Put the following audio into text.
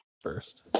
First